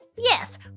Yes